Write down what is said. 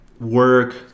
work